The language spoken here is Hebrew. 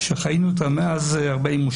שאנחנו חיים איתה מאז 1949-1948,